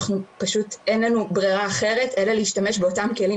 שאין לנו ברירה אחרת אלא להשתמש באותם כלים